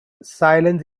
silence